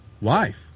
wife